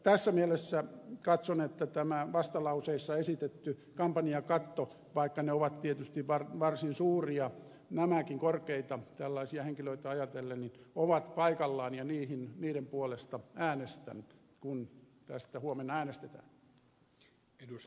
tässä mielessä katson että vastalauseissa esitetyt kampanjakatot vaikka ovat tietysti varsin suuria nämäkin korkeita tällaisia henkilöitä ajatellen ovat paikallaan ja niiden puolesta äänestän kun tästä huomenna äänestetään